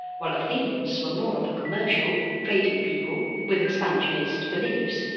while athenians were more of a commercial, trading people with expansionist beliefs,